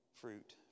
fruit